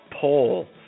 poll